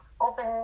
open